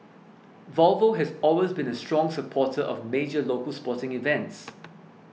volvo has always been a strong supporter of major local sporting events